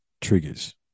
triggers